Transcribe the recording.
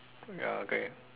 ya okay